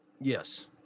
Yes